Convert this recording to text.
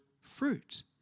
fruit